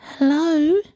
Hello